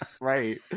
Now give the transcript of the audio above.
Right